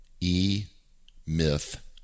E-Myth